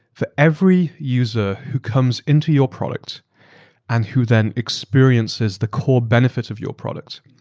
for every user who comes into your product and who then experiences the core benefits of your product,